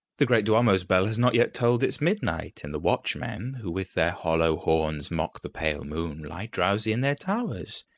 the great duomo's bell has not yet tolled its midnight, and the watchmen who with their hollow horns mock the pale moon, lie drowsy in their towers.